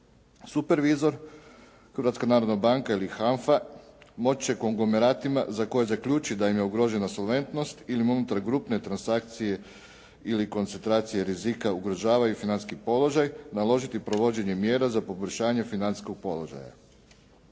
narodna banka ili HANFA moći će konglomeratima, za koje zaključi da im je ugrožena solventnost ili im unutar grupne transakcije ili koncentracije rizika ugrožavaju financijski položaj, naložiti provođenje mjera za poboljšanje financijskog položaja.